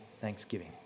thanksgiving